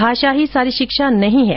भाषा ही सारी शिक्षा नहीं है